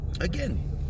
again